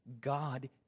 God